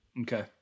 Okay